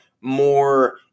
more